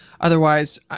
Otherwise